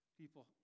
people